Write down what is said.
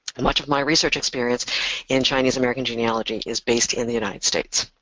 much of my research experience in chinese american genealogy is based in the united states.